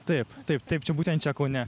taip taip taip čia būtent čia kaune